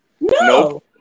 No